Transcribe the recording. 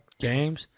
games